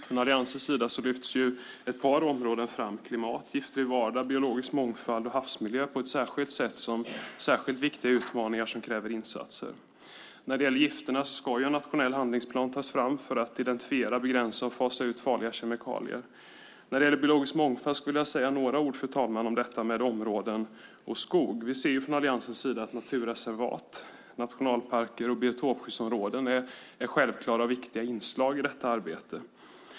Från Alliansens sida lyfts ett par områden fram - klimat, gifter i vardagen, biologisk mångfald och havsmiljö - som särskilt viktiga utmaningar som kräver insatser. När det gäller gifterna ska en nationell handlingsplan tas fram för att identifiera, begränsa och fasa ut farliga kemikalier. När det gäller biologisk mångfald skulle jag vilja säga några ord om detta område och om skog. Vi ser från Alliansens sida att naturreservat, nationalparker och biotopskyddsområden är självklara och viktiga inslag i detta arbete.